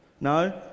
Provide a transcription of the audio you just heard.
No